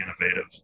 innovative